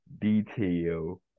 detail